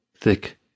Thick